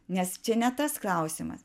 nes čia ne tas klausimas